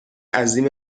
عظیم